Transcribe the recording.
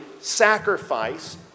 sacrifice